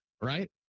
right